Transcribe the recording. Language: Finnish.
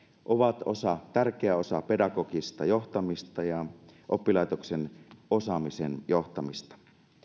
ovat tärkeä osa pedagogista johtamista ja oppilaitoksen osaamisen johtamista